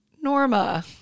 Norma